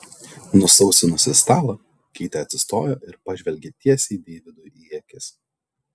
nusausinusi stalą keitė atsistojo ir pažvelgė tiesiai deividui į akis